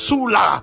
Sula